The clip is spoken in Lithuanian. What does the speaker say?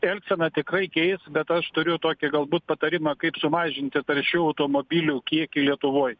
elgseną tikrai keis bet aš turiu tokį galbūt patarimą kaip sumažinti taršių automobilių kiekį lietuvoj